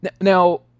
Now